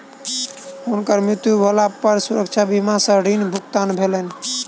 हुनकर मृत्यु भेला पर सुरक्षा बीमा सॅ ऋण भुगतान भेलैन